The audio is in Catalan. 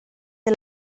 del